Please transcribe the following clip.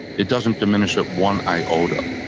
it doesn't diminish it one iota.